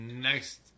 next